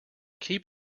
keep